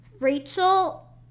Rachel